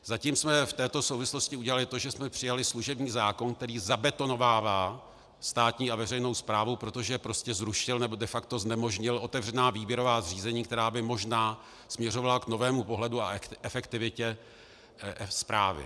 Zatím jsme v této souvislosti udělali to, že jsme přijali služební zákon, který zabetonovává státní a veřejnou správu, protože zrušil, nebo de facto znemožnil otevřená výběrová řízení, která by možná směřovala k novému pohledu a efektivitě správy.